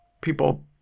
people